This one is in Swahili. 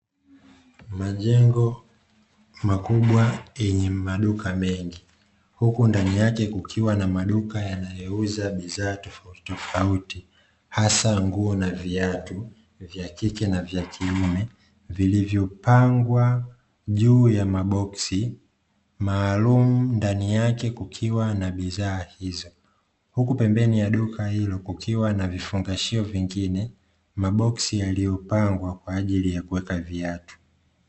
Majengo makubwa yenye maduka mengi, huku ndani yake kukiwa na maduka yanayouza bidhaa tofauti tofauti hasa nguo na viatu, vya kike na vya kiume vilivyopangwa juu ya maboksi maalumu, ndani yake kukiwa na bidhaa hizo. Huku pembeni ya duka hilo kukiwa na vifungashio vingine, maboksi yaliyopangwa kwa ajili ya kuweka viatu.